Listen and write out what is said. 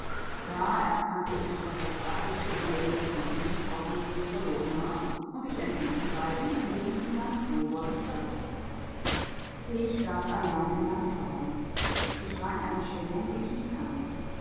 da erkannte ich daß das barthelsche eheglück noch nicht hoffnungslos verloren war und ich entließ die beiden indem ich sie meines wohlwollens versicherte ich saß allein in meiner klause ich war in einer stimmung die ich nicht kannte